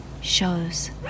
Shows